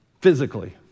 physically